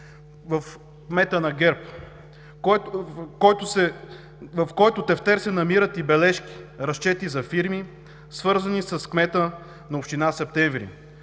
в кмета на ГЕРБ, в който тефтер се намират и бележки, разчети за фирми, свързани с кмета на община Септември,